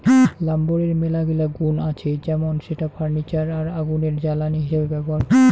লাম্বরের মেলাগিলা গুন্ আছে যেমন সেটা ফার্নিচার আর আগুনের জ্বালানি হিসেবে ব্যবহার হউক